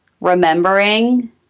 remembering